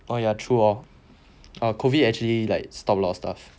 oh ya true hor err COVID actually like stop a lot of stuff